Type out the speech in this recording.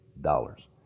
dollars